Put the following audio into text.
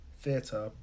theatre